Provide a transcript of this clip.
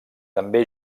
també